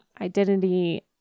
identity